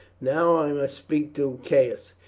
now i must speak to caius.